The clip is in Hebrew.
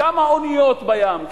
כמה אוניות בים,